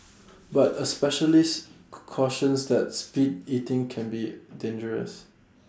but A specialist cautions that speed eating can be dangerous